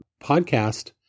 podcast